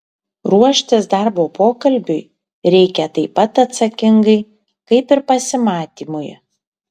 ruoštis darbo pokalbiui reikia taip pat atsakingai kaip ir pasimatymui